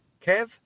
Kev